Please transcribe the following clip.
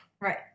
Right